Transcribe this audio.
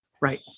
Right